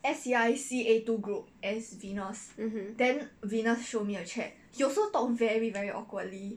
mmhmm